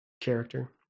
character